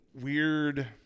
weird